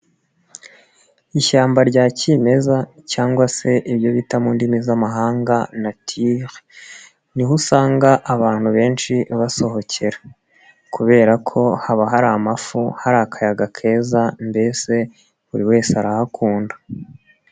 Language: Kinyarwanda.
Ishyamba rya kimeza cyangwa se ibyo bita mu ndimi z'amahanga nature, ni ho usanga abantu benshi basohokera kubera ko haba hari amafu hari akayaga keza mbese buri wese arahakunda.